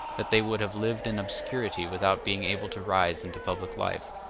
that they would have lived in obscurity without being able to rise into public life,